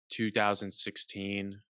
2016